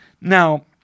Now